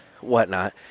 whatnot